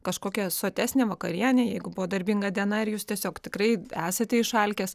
kažkokia sotesnė vakarienė jeigu buvo darbinga diena ir jūs tiesiog tikrai esate išalkęs